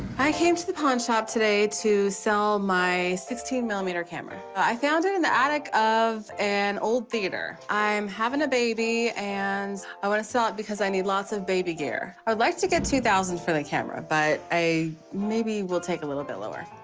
i came to the pawn shop today to sell my sixteen millimeter camera. i found it in the attic of an old theater. i'm having a baby. and i want to sell it because i need lots of baby gear. i'd like to get two thousand for the camera. but i maybe will take a little bit lower.